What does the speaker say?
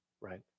right